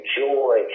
joy